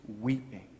weeping